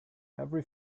every